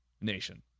nation